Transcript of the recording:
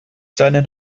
seinen